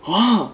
!huh!